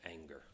anger